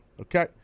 Okay